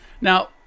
Now